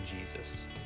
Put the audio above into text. Jesus